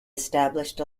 established